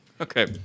Okay